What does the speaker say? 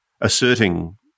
asserting